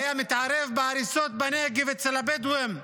היה מתערב בהריסות בנגב אצל הבדווים.